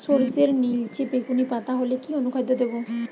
সরর্ষের নিলচে বেগুনি পাতা হলে কি অনুখাদ্য দেবো?